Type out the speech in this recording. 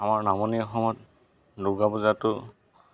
আমাৰ নামনি অসমত দুৰ্গা পূজাটো